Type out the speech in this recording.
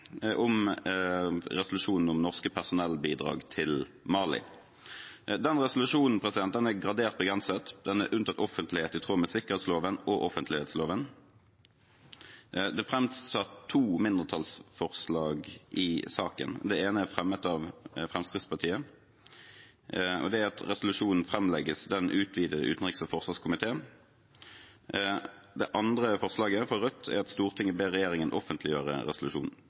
om resolusjonen om norske personellbidrag til Mali. Den resolusjonen er gradert begrenset, den er unntatt offentlighet i tråd med sikkerhetsloven og offentlighetsloven. Det er framsatt to mindretallsforslag i saken. Det ene er fremmet av Fremskrittspartiet, og det går ut på at resolusjonen legges fram for den utvidete utenriks- og forsvarskomité. Det andre forslaget, fra Rødt, går ut på at Stortinget ber regjeringen offentliggjøre resolusjonen.